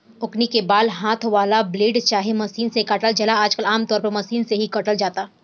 ओकनी के बाल हाथ वाला ब्लेड चाहे मशीन से काटल जाला आजकल आमतौर पर मशीन से ही काटल जाता